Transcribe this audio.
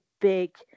big